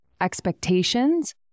expectations